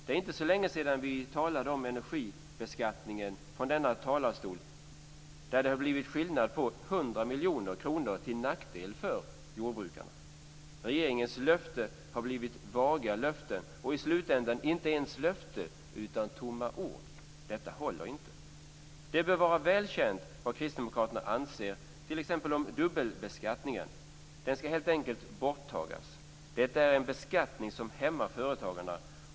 Det är inte så länge sedan vi talade om energibeskattningen från denna talarstol. Där har det blivit en skillnad på 100 miljoner kronor till nackdel för jordbrukarna. Regeringens löften har blivit vaga löften och i slutändan inte ens löften utan bara tomma ord. Detta håller inte. Det bör vara väl känt vad kristdemokraterna anser om t.ex. dubbelbeskattningen. Den ska helt enkelt tas bort. Det är en beskattning som hämmar företagarna.